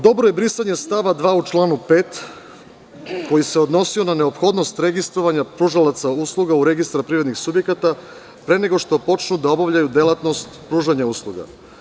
Dobro je brisanje stava 2. u članu 5. koji se odnosio na neophodnost registrovanja pružaoca usluga u Registar privrednihsubjekata, pre nego što počnu da obavljaju delatnost pružanja usluga.